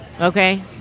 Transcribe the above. okay